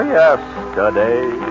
yesterday